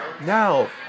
Now